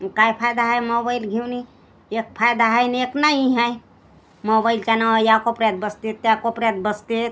अं काय फायदा आहे मोबाईल घेऊनी एक फायदा आहे न एक नाही आहे मोबाईलच्या नावावर या कोपऱ्यात बसतात त्या कोपऱ्यात बसतात